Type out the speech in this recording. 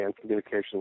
communication